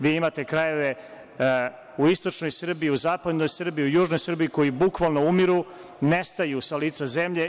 Vi imate krajeve u istočnoj Srbiji i u zapadnoj Srbiji, u južnoj Srbiji koji bukvalno umiru, nestaju sa lica zemlje.